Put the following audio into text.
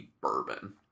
bourbon